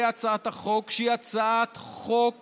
בהצעת החוק, שהיא הצעת חוק